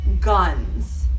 guns